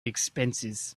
expenses